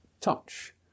touch